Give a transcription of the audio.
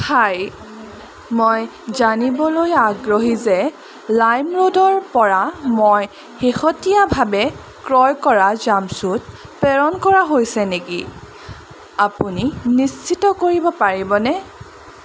হাই মই জানিবলৈ আগ্ৰহী যে লাইমৰোডৰপৰা মই শেহতীয়াভাৱে ক্ৰয় কৰা জাম্পছুট প্ৰেৰণ কৰা হৈছে নেকি আপুনি নিশ্চিত কৰিব পাৰিবনে